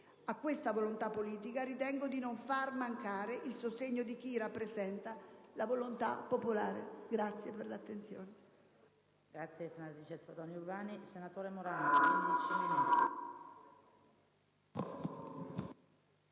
A questa volontà politica ritengo di non far mancare il sostegno di chi rappresenta la volontà popolare. PRESIDENTE.